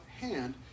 hand